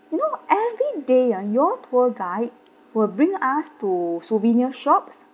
you know every day ah your tour guide will bring us to souvenir shops